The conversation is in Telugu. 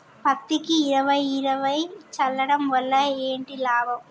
పత్తికి ఇరవై ఇరవై చల్లడం వల్ల ఏంటి లాభం?